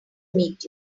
meet